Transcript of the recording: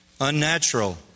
unnatural